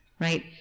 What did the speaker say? right